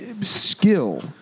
skill